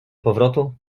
powrotu